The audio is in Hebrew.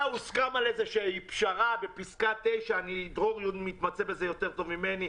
הוסכם על איזושהי פשרה בפסקה 9 ודרור מתמצא בזה יותר טוב ממני.